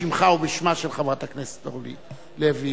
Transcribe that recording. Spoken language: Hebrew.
בשמך ובשמה של חברת הכנסת אורלי לוי,